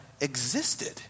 existed